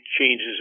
changes